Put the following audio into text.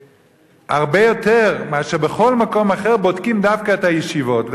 והרבה יותר מאשר בכל מקום אחר בודקים דווקא את הישיבות,